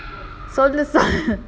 சொல்லு சொல்லு:sollu sollu